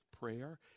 prayer